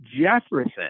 Jefferson